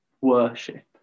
Worship